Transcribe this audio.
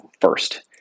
first